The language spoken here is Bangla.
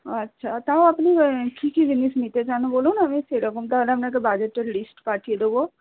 ও আচ্ছা তাও আপনি কী কী জিনিস নিতে চান বলুন আমি সেরকম তাহলে আপনাকে বাজেটের লিস্ট পাঠিয়ে দেব